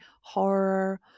horror